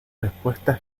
respuestas